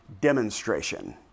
demonstration